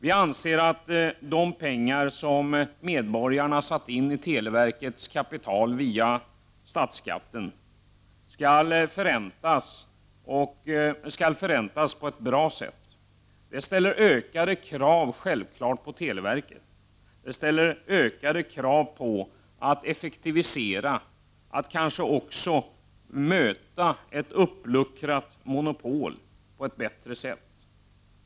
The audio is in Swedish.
Vi anser att de pengar som medborgarna satt in i televerkets kapital via statsskatten skall förräntas på ett bra sätt. Det ställer självfallet ökade krav på televerket. Det ställer ökade krav på att effektivisera, att kanske också möta ett uppluckrat monopol på ett bättre sätt.